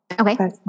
Okay